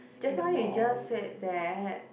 just now you just said that